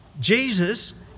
Jesus